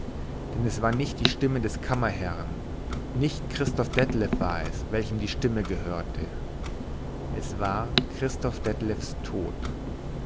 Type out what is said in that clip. denn es war nicht die stimme des kammerherrn nicht christoph detlev war es welchem diese stimme gehörte es war christoph detlevs tod